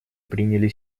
приняли